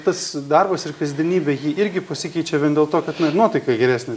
tas darbas ir kasdienybė ji irgi pasikeičia vien dėl to kad na iro nuotaika geresnė